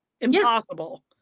Impossible